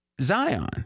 Zion